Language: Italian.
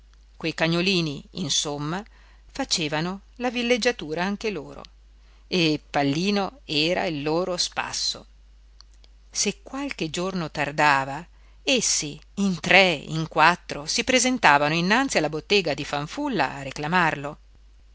quei cagnolini insomma facevano la villeggiatura anche loro e pallino era il loro spasso se qualche giorno tardava essi in tre in quattro si presentavano innanzi alla bottega di fanfulla per reclamarlo